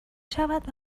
شود